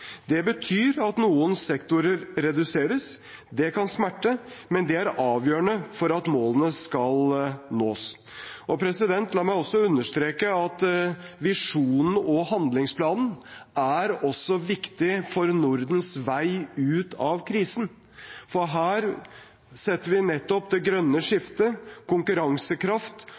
Det betyr at noen sektorer reduseres – det kan smerte, men det er avgjørende for at målene skal nås. La meg understreke at visjonen og handlingsplanen også er viktige for Nordens vei ut av krisen. Her setter vi nettopp det grønne skiftet, konkurransekraft